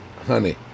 Honey